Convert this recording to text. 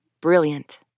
Brilliant